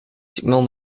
сигнал